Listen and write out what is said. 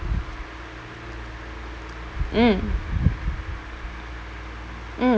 mm mm